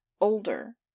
older